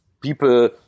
people